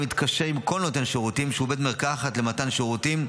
להתקשר עם כל נותן שירותים שהוא בית מרקחת למתן תכשירים,